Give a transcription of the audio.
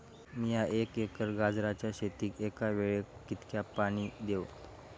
मीया एक एकर गाजराच्या शेतीक एका वेळेक कितक्या पाणी देव?